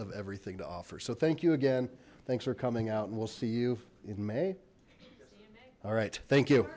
of everything to offer so thank you again thanks for coming out and we'll see you in may all right thank you